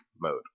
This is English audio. Mode